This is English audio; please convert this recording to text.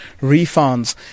refunds